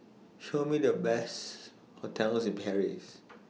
Show Me The Best hotels in Paris